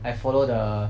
I follow the